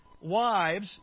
wives